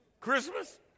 Christmas